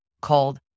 called